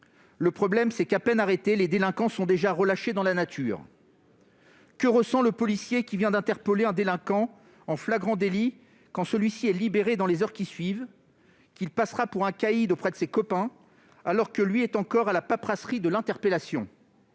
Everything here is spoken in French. Le problème, c'est qu'à peine arrêtés les délinquants sont déjà relâchés dans la nature. Que ressent le policier qui vient d'interpeller un délinquant en flagrant délit quand celui-ci est libéré dans les heures qui suivent, qu'il passera pour un caïd auprès de ses copains, alors que lui est encore occupé à remplir la paperasserie de l'interpellation ?